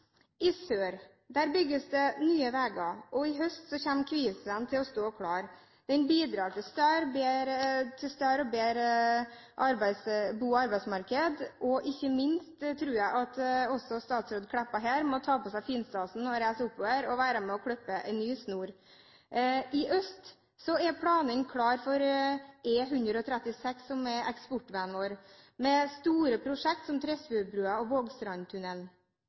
I sør bygges det nye veier, og i høst kommer Kvivsvegen til å stå klar. Den bidrar ikke minst til større og bedre bo- og arbeidsmarkeder, og jeg tror at statsråd Meltveit Kleppa må ta på seg finstasen og reise oppover og være med på å klippe en ny snor. I øst er planene klare for E136 som er eksportveien vår med store prosjekt som Tresfjordbroen og